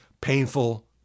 painful